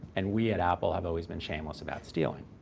and we at apple have always been shameless about stealing.